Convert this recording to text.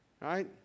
Right